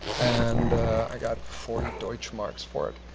and i got forty deutsche marks for it.